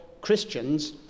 Christians